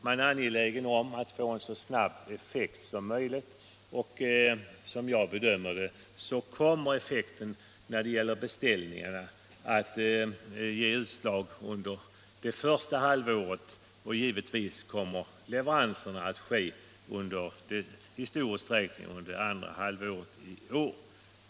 Man är angelägen om att få effekt så snabbt som möjligt, och så som jag bedömer det hela kommer effekten när det gäller beställningarna att märkas under första halvåret och givetvis kommer leveranserna i stor utsträckning att ske under andra halvåret i år.